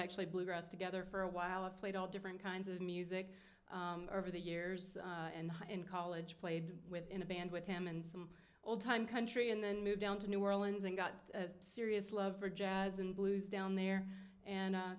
actually bluegrass together for a while and played all different kinds of music over the years and in college played with in a band with him and some old time country and then moved down to new orleans and got a serious love for jazz and blues down there and